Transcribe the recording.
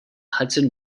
hudson